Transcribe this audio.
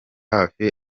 hafi